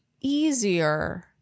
easier